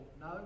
No